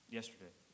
yesterday